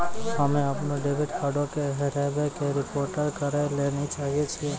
हम्मे अपनो डेबिट कार्डो के हेराबै के रिपोर्ट करै लेली चाहै छियै